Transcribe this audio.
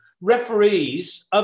Referees